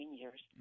years